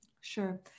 Sure